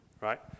right